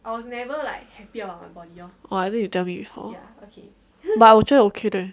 oh I think you tell me before okay but 我觉得 ok leh